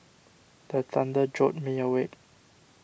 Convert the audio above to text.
the thunder jolt me awake